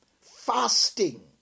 Fasting